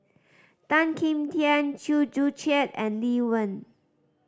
Tan Kim Tian Chew Joo Chiat and Lee Wen